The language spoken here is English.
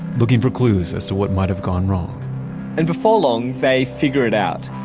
looking for clues as to what might've gone wrong and before long they figure it out.